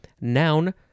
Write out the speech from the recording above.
Noun